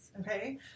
Okay